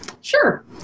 Sure